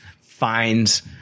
Finds